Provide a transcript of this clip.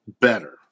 better